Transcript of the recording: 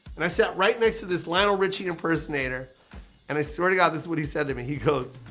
and i sat right next to this lionel richie impersonator and i swear to god this is what he said to me. he goes,